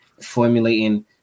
formulating